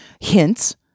hints